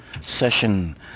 session